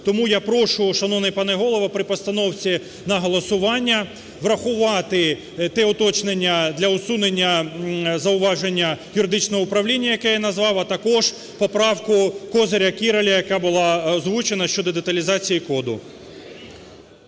Тому я прошу, шановний пане Голово, при постановці на голосування врахувати те уточнення для усунення зауваження юридичного управління, яке я назвав, а також поправку Козиря і Кіраля, яка була озвучена щодо деталізації коду.